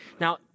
Now